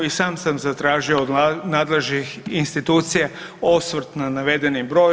I sam sam zatražio od nadležnih institucija osvrt na navedeni broj.